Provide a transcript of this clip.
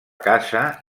casa